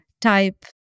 type